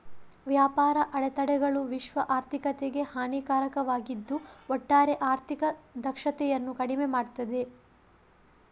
ವ್ಯಾಪಾರ ಅಡೆತಡೆಗಳು ವಿಶ್ವ ಆರ್ಥಿಕತೆಗೆ ಹಾನಿಕಾರಕವಾಗಿದ್ದು ಒಟ್ಟಾರೆ ಆರ್ಥಿಕ ದಕ್ಷತೆಯನ್ನ ಕಡಿಮೆ ಮಾಡ್ತದೆ